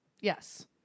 Yes